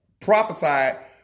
prophesied